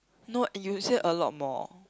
no and you say a lot more